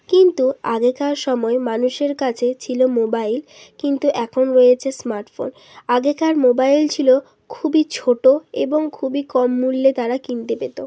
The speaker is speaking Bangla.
কিন্তু আগেকার সময় মানুষের কাছে ছিলো মোবাইল কিন্তু এখন রয়েছে স্মার্টফোন আগেকার মোবাইল ছিলো খুবই ছোটো এবং খুবই কম মূল্যে তারা কিনতে পেতো